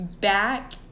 back